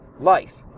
life